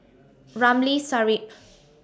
Ramli Sarip